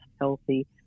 healthy